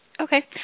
Okay